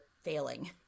failing